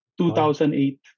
2008